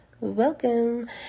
Welcome